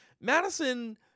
Madison